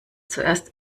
zuerst